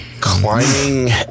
Climbing